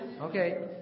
Okay